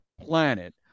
planet